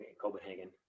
Copenhagen